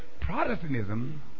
Protestantism